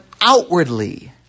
outwardly